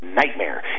nightmare